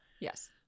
Yes